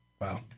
Wow